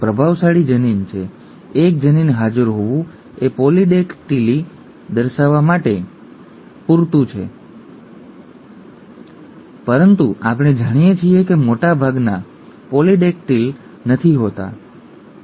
તે પ્રભાવશાળી જનીન છે એક જનીન હાજર હોવું એ પોલિડેક્ટીલી દર્શાવવા માટે પૂરતું છે પરંતુ આપણે જાણીએ છીએ કે મોટા ભાગના પોલિડેક્ટિલ નથી હોતા ખરું ને